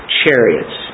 chariots